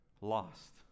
lost